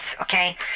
okay